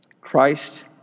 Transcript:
Christ